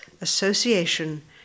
association